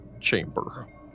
chamber